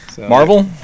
marvel